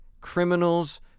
criminals